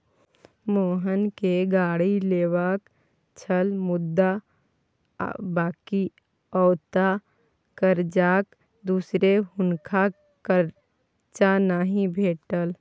मोहनकेँ गाड़ी लेबाक छल मुदा बकिऔता करजाक दुआरे हुनका करजा नहि भेटल